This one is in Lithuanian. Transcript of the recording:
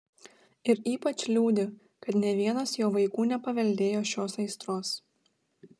ir ypač liūdi kad nė vienas jo vaikų nepaveldėjo šios aistros